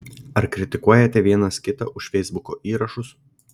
ar kritikuojate vienas kitą už feisbuko įrašus